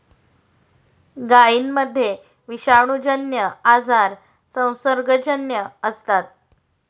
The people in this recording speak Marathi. गायींमध्ये विषाणूजन्य आजार संसर्गजन्य असतात